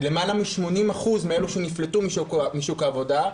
למעלה מ-80% מאלו שנפלטו משוק העבודה,